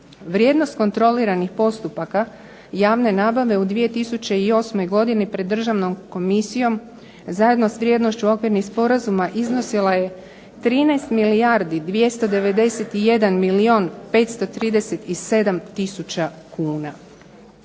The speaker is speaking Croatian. Vrijednost kontroliranih postupaka javne nabave u 2008. godini pred državnom komisijom, zajedno s vrijednošću okvirnih sporazuma iznosila je 13 milijardi 291 milijun 537 tisuća kuna.